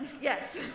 Yes